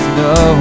no